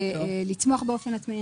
לצמוח באופן עצמאי.